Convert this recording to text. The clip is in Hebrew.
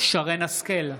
שרן מרים השכל,